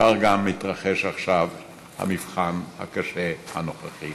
כך גם מתרחש עכשיו המבחן הקשה הנוכחי.